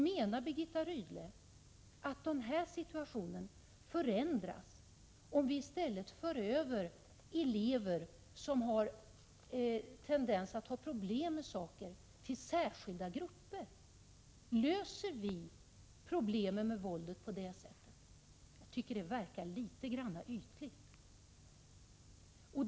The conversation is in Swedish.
Menar Birgitta Rydle att denna situation förändras om vi för över elever som tenderar att ha problem till särskilda grupper? Löser vi problemet med våldet på det sättet? Jag tycker att det verkar litet ytligt.